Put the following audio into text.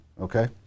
Okay